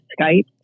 Skype